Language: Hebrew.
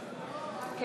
אורן,